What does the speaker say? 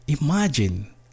imagine